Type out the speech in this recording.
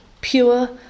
pure